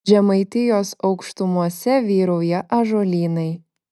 žemaitijos aukštumose vyrauja ąžuolynai